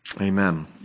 Amen